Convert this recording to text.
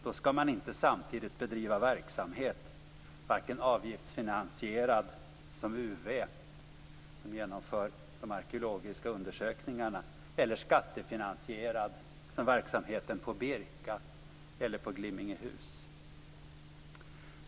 Då skall man inte samtidigt bedriva verksamhet - varken avgiftsfinansierad som UV, som genomför de arkeologiska undersökningarna, eller skattefinansierad som verksamheten på Birka eller på Glimmingehus.